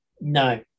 no